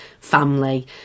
family